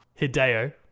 Hideo